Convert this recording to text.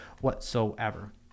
whatsoever